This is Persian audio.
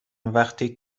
وقتی